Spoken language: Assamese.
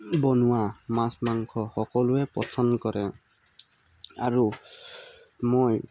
বনোৱা মাছ মাংস সকলোৱে পচন্দ কৰে আৰু মই